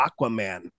Aquaman